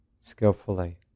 skillfully